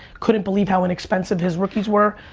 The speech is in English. couldn't believe how inexpensive his rookies were,